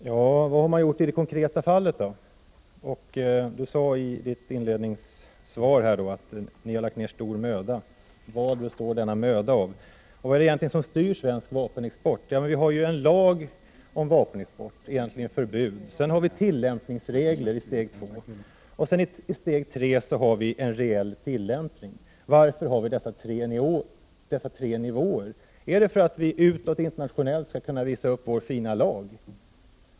Herr talman! Vad har regeringen då gjort i det konkreta fallet? Statsrådet sade i sitt svar att regeringen har lagt ned stor möda. Vad består denna möda av? Vad är det egentligen som styr svensk vapenexport? För det första finns det ju en lag enligt vilken vapenexport egentligen är förbjuden. För det andra finns det även tillämpningsregler. För det tredje sker det en reell tillämpning. Varför finns dessa tre nivåer? Är det för att vi i Sverige utåt, internationellt, skall kunna visa upp vår fina lag?